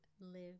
live